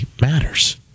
matters